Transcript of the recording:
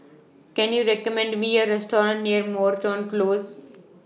Can YOU recommend Me A Restaurant near Moreton Close